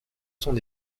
son